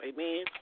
Amen